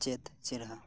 ᱪᱮᱫ ᱪᱮᱨᱦᱟ